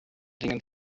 dingen